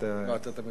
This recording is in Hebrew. אתה תמיד עושה את זה.